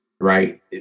right